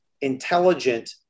intelligent